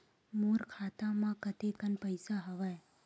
मोर खाता म कतेकन पईसा हवय?